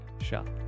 Shop